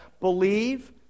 believe